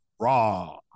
Raw